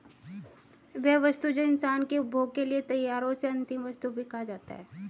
वह वस्तु जो इंसान के उपभोग के लिए तैयार हो उसे अंतिम वस्तु भी कहा जाता है